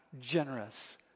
generous